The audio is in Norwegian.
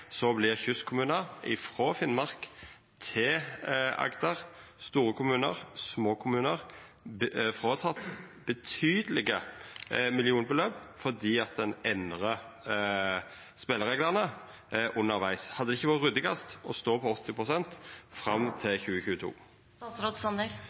kystkommunar frå Finnmark til Agder – store kommunar og små kommunar – fråtekne betydelege millionbeløp fordi ein endrar spelereglane undervegs. Hadde det ikkje vore ryddigast å stå på 80 pst. fram